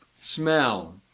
Smell